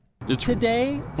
Today